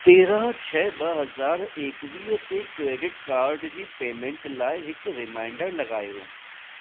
तेरहं छह ॿ हज़ार एकवीह ते क्रेडिट काड जी पेमेंट लाइ हिक रिमाइंडर लॻायो